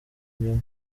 inyuma